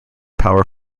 power